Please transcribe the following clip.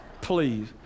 Please